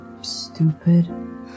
stupid